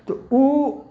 तऽ ओ